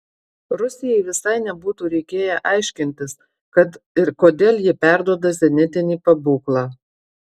rusijai visai nebūtų reikėję aiškintis kad ir kodėl ji perduoda zenitinį pabūklą